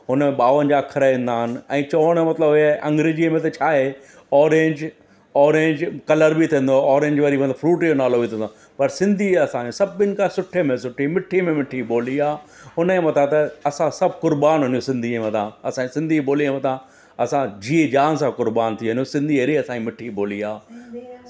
हुन में ॿावंजाह अखरु ईंदा आहिनि ऐं चवण जो मतिलबु हे आहे अंग्रेज़ीअ में त छा आहे ओरेंज ओरेंज कलर बि थींदो आहे ऐं ओरेंज वरी मतिलबु फ्रूट जो नालो बि थींदो आहे पर सिंधी असांजे सभिनि खां सुठे में सुठी मिठी में मिठी ॿोली आहे हुन जे मथां त असां सभु क़ुर्बान आहिनि सिंधी जे मथां असांजी सिंधीअ ॿोली में तव्हां असां जी जान सां क़ुर्बान थी वञो सिंधी अहिड़ी असां जी मिठी ॿोली आहे सिंधीअ में